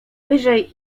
wyżej